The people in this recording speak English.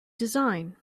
design